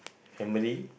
family